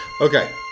Okay